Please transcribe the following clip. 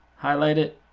highlight it,